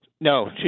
No